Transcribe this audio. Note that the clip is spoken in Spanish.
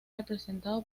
representado